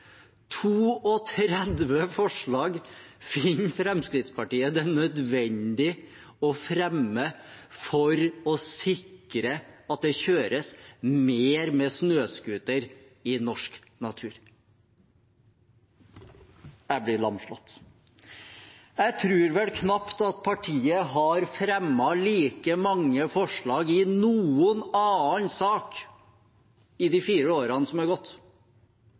forslag – 32 forslag – finner Fremskrittspartiet det nødvendig å fremme for å sikre at det kjøres mer med snøscooter i norsk natur. Jeg blir lamslått. Jeg tror vel knapt at partiet har fremmet like mange forslag i noen annen sak i de fire årene som er gått.